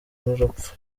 n’urupfu